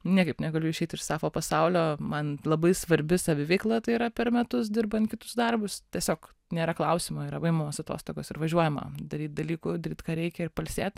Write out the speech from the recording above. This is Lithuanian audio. niekaip negaliu išeiti iš sapfo pasaulio man labai svarbi saviveikla tai yra per metus dirbant kitus darbus tiesiog nėra klausimo yra atostogos ir važiuojama daryt dalykų daryt ką reikia ir pailsėt